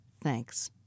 Thanks